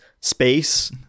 Space